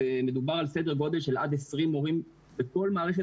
מדובר על סדר גודל של עד 20 מורים בכל מערכת